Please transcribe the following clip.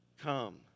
come